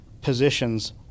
positions